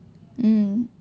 mmhmm